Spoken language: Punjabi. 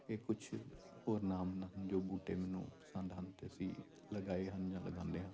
ਇਹ ਕੁਛ ਹੋਰ ਨਾਮ ਨਾ ਜੋ ਬੂਟੇ ਮੈਨੂੰ ਪਸੰਦ ਹਨ ਅਤੇ ਅਸੀਂ ਲਗਾਏ ਹਨ ਜਾਂ ਲਗਾਉਂਦੇ ਹਾਂ